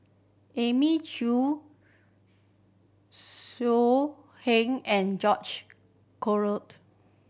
Elim Chew So Heng and George Collyered